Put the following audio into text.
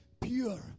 pure